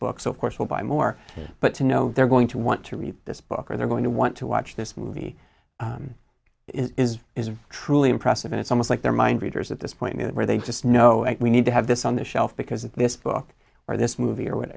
book so of course we'll buy more but to know they're going to want to read this book or they're going to want to watch this movie is truly impressive and it's almost like they're mind readers at this point where they just know it we need to have this on the shelf because this book or this movie or what